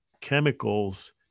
chemicals